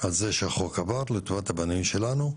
על זה שהחוק עבר, לטובת הבנים שלנו.